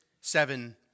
seven